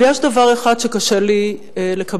אבל יש דבר אחד שקשה לי לקבל.